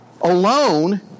alone